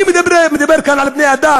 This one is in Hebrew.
אני מדבר כאן על בני-אדם,